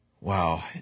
Wow